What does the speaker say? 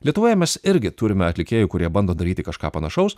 lietuvoje mes irgi turime atlikėjų kurie bando daryti kažką panašaus